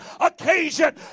occasion